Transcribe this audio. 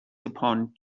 upon